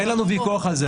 אין לנו ויכוח על זה,